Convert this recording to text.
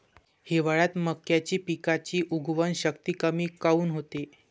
हिवाळ्यात मक्याच्या पिकाची उगवन शक्ती कमी काऊन होते?